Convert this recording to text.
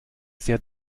sehr